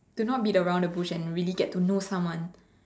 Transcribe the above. to not beat around the bush and really get to know someone